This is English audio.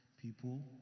people